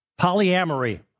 polyamory